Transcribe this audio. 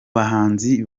bahanzi